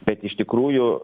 bet iš tikrųjų